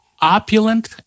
opulent